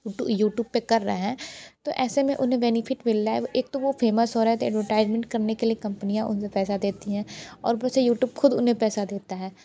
you YouTube पर कर रहे हैं तो ऐसे में उन्हें बेनिफिट मिला है एक तो वह फ़ेमस हो रहा है एडवर्टाइज़मेंट करने के लिए कंपनियाँ उनसे पैसा देती हैं और उसे यूट्यूब ख़ुद उन्हें पैसा देता है